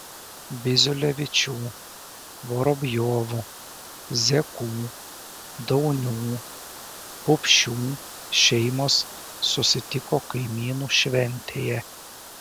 biziulevičių vorobjovų žėkų daunių pupšių šeimos susitiko kaimynų šventėje